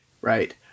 right